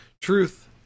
Truth